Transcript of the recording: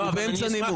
הוא באמצע נימוק.